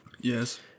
Yes